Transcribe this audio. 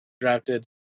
drafted